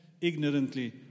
ignorantly